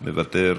מוותר,